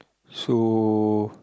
so